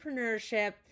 entrepreneurship